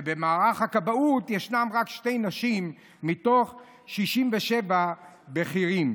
ובמערך הכבאות יש רק שתי נשים מתוך 67 בכירים.